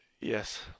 yes